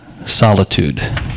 solitude